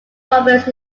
roberts